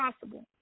possible